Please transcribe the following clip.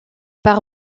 par